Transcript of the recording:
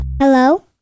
Hello